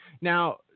Now